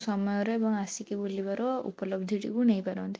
ସମୟରେ ଏବଂ ଆସିକି ବୁଲିବାର ଉପଲବ୍ଧିଟିକୁ ନେଇପାରନ୍ତି